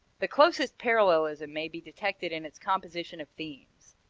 the closest parallelism may be detected in its composition of themes.